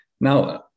Now